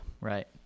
Right